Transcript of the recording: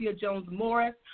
Jones-Morris